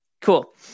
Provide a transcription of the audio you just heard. Cool